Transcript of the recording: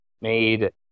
Made